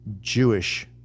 Jewish